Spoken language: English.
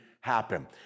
happen